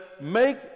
make